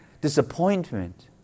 disappointment